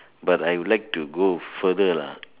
but I would like to go further lah